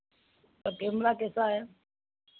तो कैमरा कैसा है